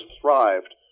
thrived